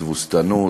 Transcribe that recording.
תבוסתנות,